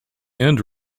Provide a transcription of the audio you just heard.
end